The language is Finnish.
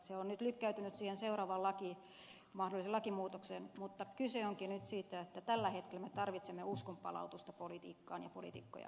se on nyt lykkäytynyt siihen seuraavaan mahdolliseen lakimuutokseen mutta kyse onkin nyt siitä että tällä hetkellä me tarvitsemme uskonpalautusta politiikkaa ja poliitikkoja kohtaan